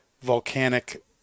volcanic